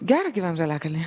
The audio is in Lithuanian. gera gyvent žaliakalnyje